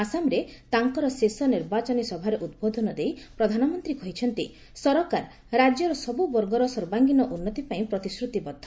ଆସାମରେ ତାଙ୍କର ଶେଷ ନିର୍ବାଚନ ସଭାରେ ଉଦ୍ବୋଧନ ଦେଇ ପ୍ରଧାନମନ୍ତ୍ରୀ କହିଛନ୍ତି ସରକାର ରାଜ୍ୟର ସବୁବର୍ଗର ସର୍ବାଙ୍ଗୀନ ଉନ୍ନତି ପାଇଁ ପ୍ରତିଶ୍ରତିବଦ୍ଧ